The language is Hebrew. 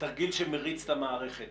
תרגיל שמריץ את המערכת?